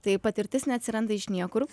tai patirtis neatsiranda iš niekur